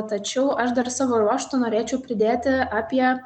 tačiau aš dar savo ruožtu norėčiau pridėti apie